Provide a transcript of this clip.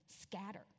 scatter